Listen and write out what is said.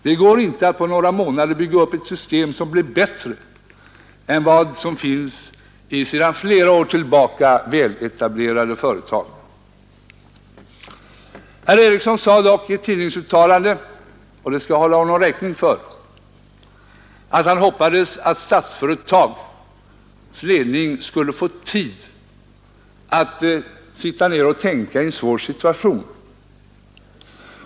Det går inte på några månader att bygga upp ett system som blir bättre än vad som finns i sedan flera år tillbaka väletablerade företag. Herr Ericsson sade dock i ett tidningsuttalande — och det skall jag hålla honom räkning för — att han hoppades att Statsföretags ledning skulle få tid att sitta ner och tänka i en svår situation.